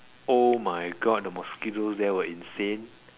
oh my god the mosquitoes there were insane